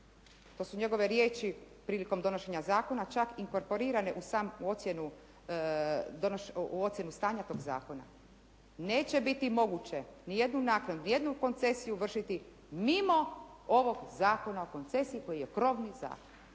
to su njegove riječi prilikom donošenja zakona, čak inkorporirane u samu ocjenu, u ocjenu stanja kod zakona. Neće biti moguće niti jednu naknadu, ni jednu koncesiju vršiti mimo ovog Zakona o koncesiji koji je krovni zakon.